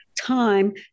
time